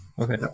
Okay